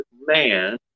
man